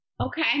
Okay